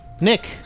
Nick